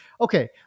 Okay